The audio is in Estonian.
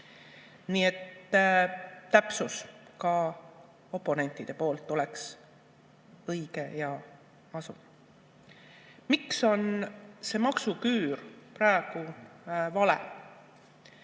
Nii et täpsus ka oponentide poolt oleks õige ja hea. Miks on see maksuküür praegu vale?